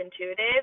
intuitive